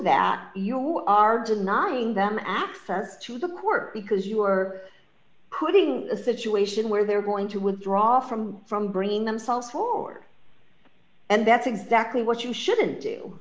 that your are denying them access to the work because you are putting the situation where they're going to withdraw from from bringing themselves forward and that's exactly what you shouldn't do